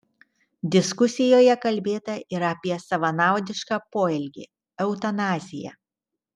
diskusijoje kalbėta ir apie savanaudišką poelgį eutanaziją